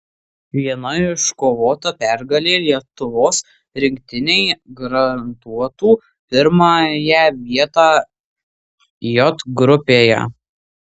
viena iškovota pergalė lietuvos rinktinei garantuotų pirmąją vietą j grupėje